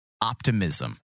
optimism